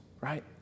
right